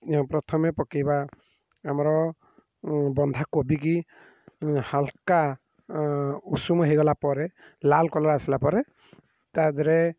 ପ୍ରଥମେ ପକାଇବା ଆମର ବନ୍ଧାକୋବିକୁ ହାଲକା ଉଷୁମ ହୋଇଗଲା ପରେ ଲାଲ୍ କଲର୍ ଆସିଲା ପରେ ତା'ଦେହରେ